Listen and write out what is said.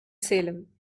salem